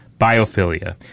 biophilia